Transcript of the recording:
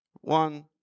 one